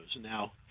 Now